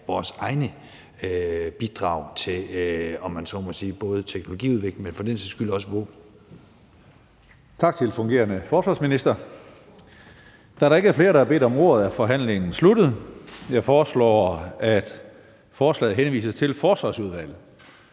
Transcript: vores egne bidrag til ikke alene teknologiudvikling, men for den sags skyld også våben.